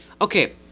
Okay